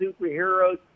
Superheroes